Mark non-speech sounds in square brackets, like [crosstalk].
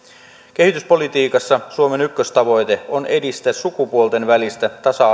kehityspolitiikassa suomen ykköstavoite on edistää sukupuolten välistä tasa [unintelligible]